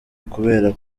kubera